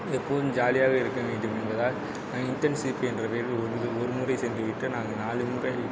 எப்போதும் ஜாலியாக இருக்க வேண்டும் என்பதால் இன்டேர்ன்ஷிப் என்ற பெயரில் வந்து ஒரு முறை சென்று விட்டு நாங்கள் நாலு முறை